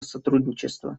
сотрудничества